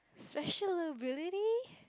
special ability